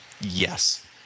Yes